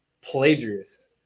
plagiarist